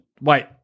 Wait